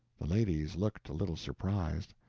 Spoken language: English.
the ladies looked a little surprised,